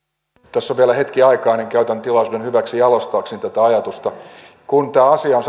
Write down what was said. tässä on vielä hetki aikaa niin käytän tilaisuuden hyväkseni jalostaakseni tätä ajatusta kun tämä asia on